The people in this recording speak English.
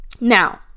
Now